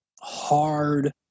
hard